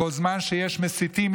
כל זמן שיש מסיתים,